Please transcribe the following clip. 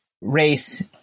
race